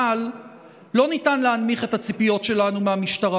אבל לא ניתן להנמיך את הציפיות שלנו מהמשטרה.